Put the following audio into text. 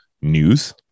news